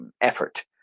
effort